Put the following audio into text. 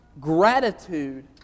gratitude